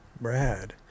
Brad